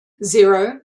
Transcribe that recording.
zero